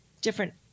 different